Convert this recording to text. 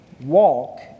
walk